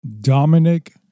Dominic